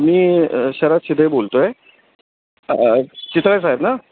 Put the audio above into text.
मी शरद सिधये बोलतो आहे चितळे साहेब ना